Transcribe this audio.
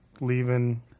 leaving